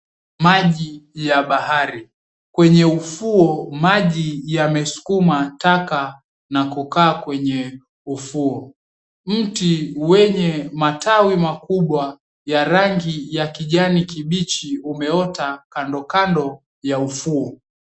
Maji ya bahari. Kwenye ufuo maji yamesukuma taka na kukaa kwenye ufuo. Mti wenye matawi makubwa ya rangi ya kijani kibichi umeota kandokando ya ufuo.